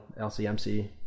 LCMC